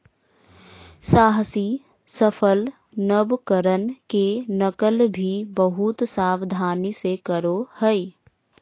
साहसी सफल नवकरण के नकल भी बहुत सावधानी से करो हइ